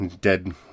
dead